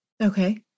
okay